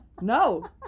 No